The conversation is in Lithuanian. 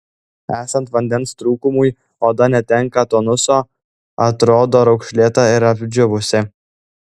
esant vandens trūkumui oda netenka tonuso atrodo raukšlėta ir apdžiūvusi